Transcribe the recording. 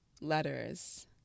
letters